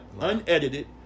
unedited